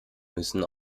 müssen